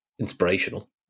inspirational